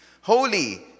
holy